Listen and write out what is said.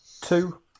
Two